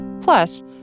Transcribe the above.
plus